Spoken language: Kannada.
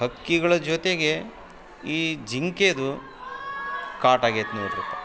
ಹಕ್ಕಿಗಳ ಜೊತೆಗೆ ಈ ಜಿಂಕೆಯದು ಕಾಟ ಆಗೈತೆ ನೋಡಿರಿ ಪಾ